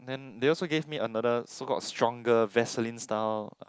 then they also gave me another so called stronger Vaseline style